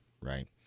right